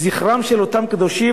זכרם של אותם קדושים,